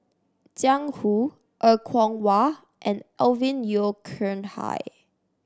Jiang Hu Er Kwong Wah and Alvin Yeo Khirn Hai